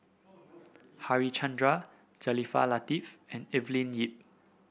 Harichandra Jaafar Latiff and Evelyn Lip